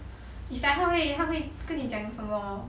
it's like 他会她会跟你讲什么